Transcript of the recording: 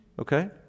Okay